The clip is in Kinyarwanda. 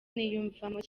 niyumvamo